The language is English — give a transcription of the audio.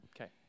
Okay